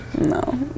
No